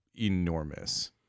enormous